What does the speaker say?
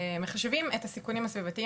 מחשבים את הסיכונים הסביבתיים